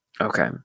Okay